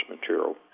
material